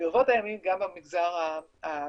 ברבות הימים גם במגזר הבדואי.